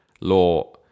law